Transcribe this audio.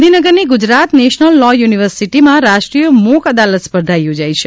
ગાંધીનગરની Gujarat national law યુનિવર્સિટીમાં રાષ્ટ્રીય મોક અદાલત સ્પર્ધા યોજાઈ છે